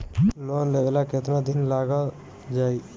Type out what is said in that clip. Loan लेबे ला कितना दिन लाग जाई?